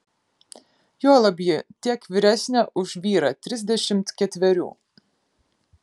juolab ji tiek vyresnė už vyrą trisdešimt ketverių